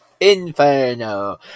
Inferno